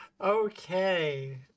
Okay